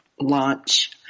launch